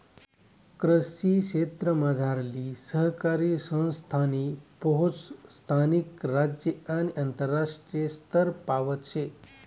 कृषी क्षेत्रमझारली सहकारी संस्थासनी पोहोच स्थानिक, राज्य आणि आंतरराष्ट्रीय स्तरपावत शे